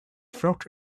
felt